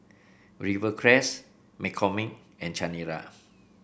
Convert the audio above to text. Rivercrest McCormick and Chanira